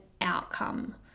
outcome